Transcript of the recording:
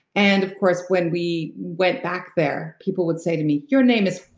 and of course when we went back there people would say to me your name is